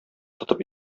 тотып